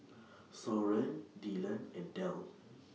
Soren Dylan and Del